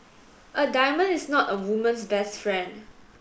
a diamond is not a woman's best friend